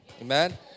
Amen